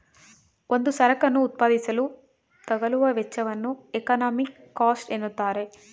ಒಂದು ಸರಕನ್ನು ಉತ್ಪಾದಿಸಲು ತಗಲುವ ವೆಚ್ಚವನ್ನು ಎಕಾನಮಿಕ್ ಕಾಸ್ಟ್ ಎನ್ನುತ್ತಾರೆ